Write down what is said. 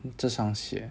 这双鞋